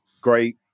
great